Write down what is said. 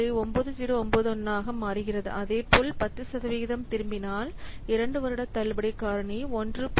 9091 ஆக மாறுகிறது அதேபோல் 10 சதவிகிதம் திரும்பினால் 2 வருட தள்ளுபடி காரணி 1